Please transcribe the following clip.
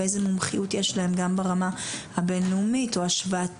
ואיזה מומחיות יש להם גם ברמה הבינלאומית או השוואתית,